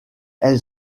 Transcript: elle